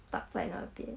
stuck 在那边